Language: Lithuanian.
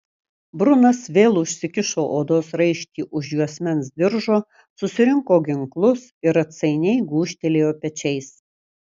brunas vėl užsikišo odos raištį už juosmens diržo susirinko ginklus ir atsainiai gūžtelėjo pečiais